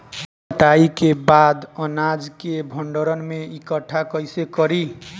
कटाई के बाद अनाज के भंडारण में इकठ्ठा कइसे करी?